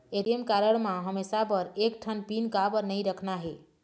ATM card म हमेशा बर एक ठन पिन काबर नई रखना हे?